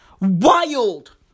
wild